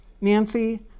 Nancy